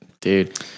Dude